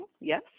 Yes